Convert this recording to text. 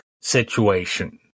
situation